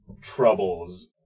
troubles